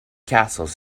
castles